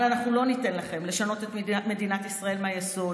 אבל אנחנו לא ניתן לכם לשנות את מדינת ישראל מהיסוד.